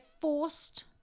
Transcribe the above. forced